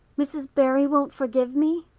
mrs. barry won't forgive me?